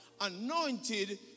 anointed